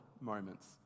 moments